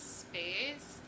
space